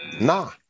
nah